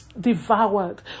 devoured